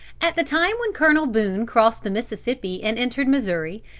at the time when colonel boone crossed the mississippi and entered missouri,